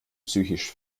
psychisch